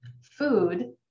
food